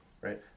right